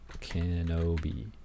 kenobi